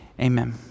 Amen